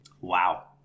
Wow